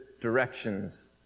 directions